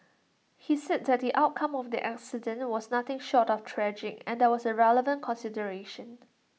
he said that the outcome of the accident was nothing short of tragic and that was A relevant consideration